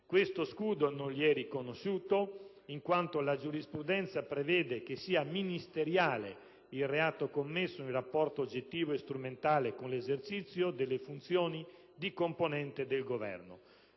Questo scudo non gli è riconosciuto, in quanto la giurisprudenza prevede che sia ministeriale il reato commesso in rapporto oggettivo e strumentale con l'esercizio delle funzioni di componente del Governo.